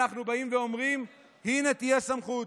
ואנחנו באים ואומרים: הינה, תהיה סמכות.